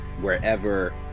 wherever